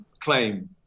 claim